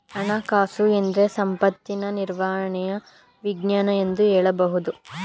ಹಣಕಾಸುಎಂದ್ರೆ ಸಂಪತ್ತಿನ ನಿರ್ವಹಣೆಯ ವಿಜ್ಞಾನ ಎಂದು ಹೇಳಬಹುದು